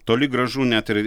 toli gražu net ir